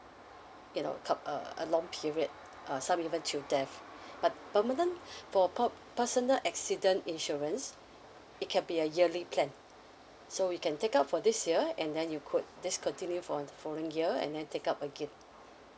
you know come a a long period uh some even till death but permanent for per~ personal accident insurance it can be a yearly plan so you can take up for this year and then you could discontinue for the following year and then take up again